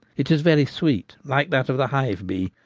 it is very sweet, like that of the hive bee,